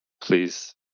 please